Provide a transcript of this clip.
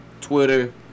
Twitter